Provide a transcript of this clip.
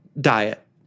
diet